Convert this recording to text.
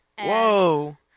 Whoa